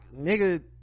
nigga